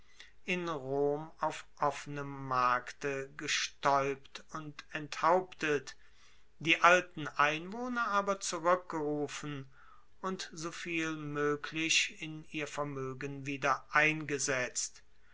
in rom auf offenem markte gestaeupt und enthauptet die alten einwohner aber zurueckgerufen und soviel moeglich in ihr vermoegen wieder eingesetzt